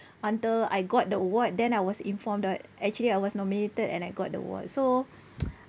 until I got the award then I was informed that actually I was nominated and I got the award so